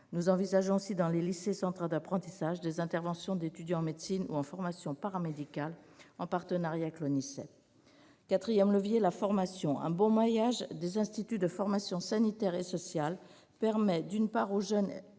Nous envisageons aussi, dans les lycées et centres d'apprentissage, des interventions d'étudiants en médecine ou en formation paramédicale, en partenariat avec l'ONISEP. Le quatrième levier repose sur la formation. Un bon maillage des instituts de formation sanitaire et sociale permet aux jeunes et aux